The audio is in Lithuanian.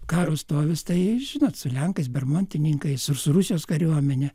karo stovis tai žinot su lenkais bermontininkais ir su rusijos kariuomene